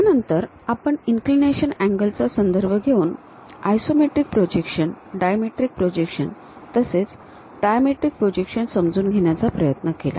त्यानंतर आपण inclination angle चा संदर्भ घेऊन आयसोमेट्रिक प्रोजेक्शन डायमेट्रिक प्रोजेक्शन तसेच ट्रायमेट्रिक प्रोजेक्शन समजून घेण्याचा प्रयत्न केला